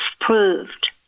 proved